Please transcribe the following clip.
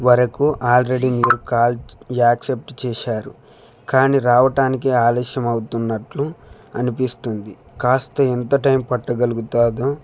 వరకు ఆల్రెడీ మీరు call accept చేసారు కానీ రావటానికి ఆలస్యం అవుతున్నట్టు అనిపిస్తుంది కాస్త ఎంత టైం పట్టగలుగుతుందో